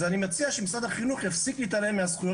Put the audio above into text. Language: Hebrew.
אז אני מציע שמשרד החינוך יפסיק להתעלם מהזכויות